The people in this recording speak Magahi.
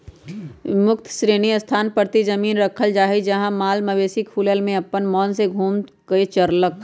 मुक्त श्रेणी स्थान परती जमिन रखल जाइ छइ जहा माल मवेशि खुलल में अप्पन मोन से घुम कऽ चरलक